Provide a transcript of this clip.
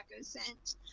scent